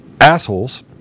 assholes